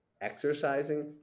exercising